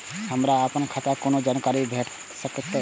हमरा हमर खाता के कोनो जानकारी कतै भेटतै?